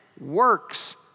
Works